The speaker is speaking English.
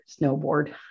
snowboard